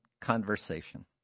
conversation